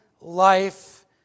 life